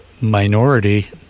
minority